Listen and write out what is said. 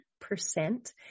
percent